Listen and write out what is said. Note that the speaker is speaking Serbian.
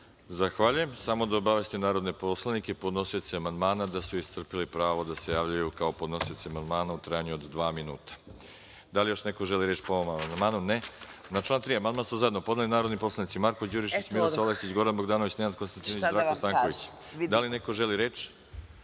Zahvaljujem. Samo da obavestim narodne poslanike, podnosioce amandmana da su iscrpeli pravo da se javljaju kao podnosioci amandmana u trajanju od dva minuta. Da li još neko želi reč po ovom amandmanu? (Ne.)Na član 3. amandman su zajedno podneli narodni poslanici Marko Đurišić, Miroslav Aleksić, Goran Bogdanović, Nenad Konstantinović, Zdravko Stanković. Da li neko želi reč?